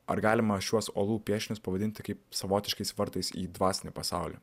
ar galima šiuos olų piešinius pavadinti kaip savotiškais vartais į dvasinį pasaulį